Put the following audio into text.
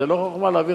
זו לא חוכמה להעביר,